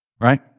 right